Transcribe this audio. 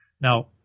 Now